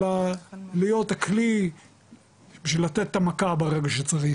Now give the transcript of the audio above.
אלא להיות הכלי בשביל לתת את המכה ברגע שצריך.